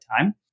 time